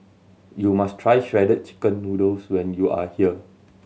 you must try Shredded Chicken Noodles when you are here